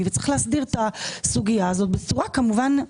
וצריך להסדיר את הסוגייה הזאת בצורה כמובן מקצועית.